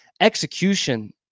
execution